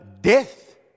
death